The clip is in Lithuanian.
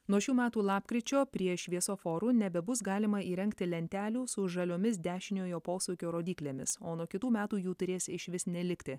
nuo šių metų lapkričio prie šviesoforų nebebus galima įrengti lentelių su žaliomis dešiniojo posūkio rodyklėmis o nuo kitų metų jų turės išvis nelikti